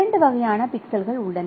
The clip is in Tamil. இரண்டு வகையான பிக்சல்கள் உள்ளன